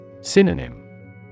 Synonym